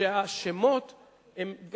שהשמות הם,